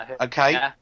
okay